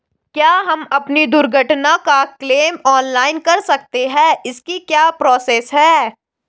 क्या हम अपनी दुर्घटना का क्लेम ऑनलाइन कर सकते हैं इसकी क्या प्रोसेस है?